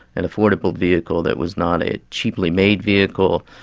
an affordable vehicle that was not a cheaply made vehicle,